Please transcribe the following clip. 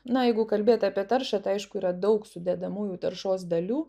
na jeigu kalbėt apie taršą tai aišku yra daug sudedamųjų taršos dalių